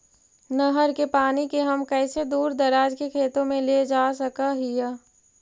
नहर के पानी के हम कैसे दुर दराज के खेतों में ले जा सक हिय?